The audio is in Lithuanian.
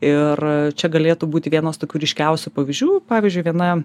ir čia galėtų būti vienas tokių ryškiausių pavyzdžių pavyzdžiui viena